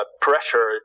pressure